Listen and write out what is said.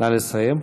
נא לסיים.